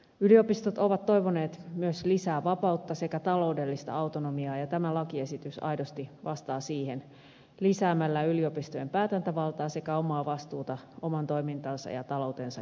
yliopistot ovat toivoneet myös lisää vapautta sekä taloudellista autonomiaa ja tämä lakiesitys aidosti vastaa siihen lisäämällä yliopistojen päätäntävaltaa sekä omaa vastuuta oman toimintansa ja taloutensa järjestämisessä